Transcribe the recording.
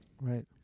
right